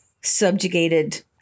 subjugated